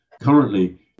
Currently